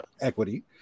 equity